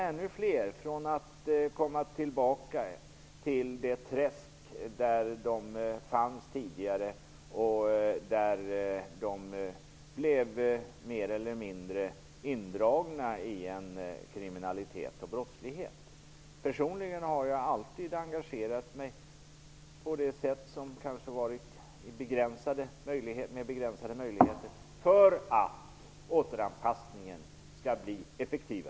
De här människorna slipper alltså komma tillbaka till det träsk där de tidigare fanns och där de mer eller mindre blev indragna i kriminalitet och brottslighet. Personligen har jag alltid engagerat mig -- dock kanske med begränsade möjligheter -- i detta och eftersträvat en effektivare återanpassning.